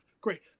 Great